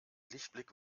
lichtblick